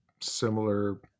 similar